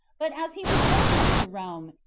but as he was going up to rome,